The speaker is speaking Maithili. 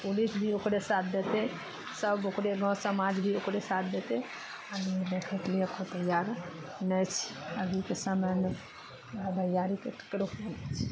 पुलिस भी ओकरे साथ देतै सब ओकरे गाँव समाज भी ओकरे साथ देतै आदमी देखै के लिए तैयार नै छै अभी के समय मे तैयारी करो नै छै